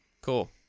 Cool